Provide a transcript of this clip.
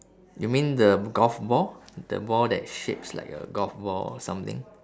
you mean the golf ball the ball that shapes like a golf ball or something